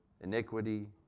iniquity